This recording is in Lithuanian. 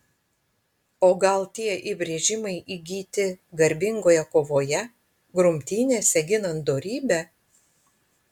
o gal tie įbrėžimai įgyti garbingoje kovoje grumtynėse ginant dorybę